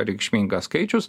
reikšmingas skaičius